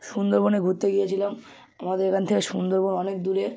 সুন্দরবনে ঘুরতে গিয়েছিলাম আমাদের এখান থেকে সুন্দরবন অনেক দূরে